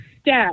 step